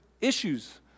issues